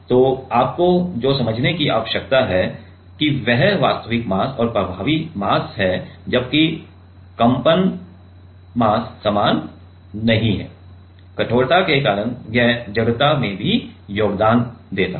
तो आपको जो समझने की आवश्यकता है वह वास्तविक मास और प्रभावी मास है जबकि कंपन या लंपड मास समान नहीं है कठोरता के कारण यह जड़ता में भी योगदान देता है